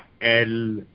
el